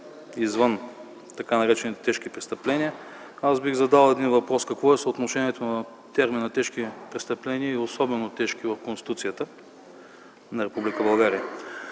извън така наречените тежки престъпления, аз бих задал един въпрос: какво е съотношението на термина „тежки престъпления” и „особено тежки престъпления” в Конституцията на Република България?